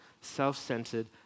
self-centered